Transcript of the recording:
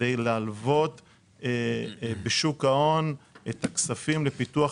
כדי להלוות בשוק ההון את הכספים לפיתוח